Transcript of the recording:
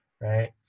right